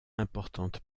importante